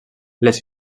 les